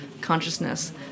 consciousness